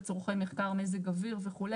לצרכי מחקר מזג אוויר וכו',